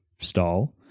style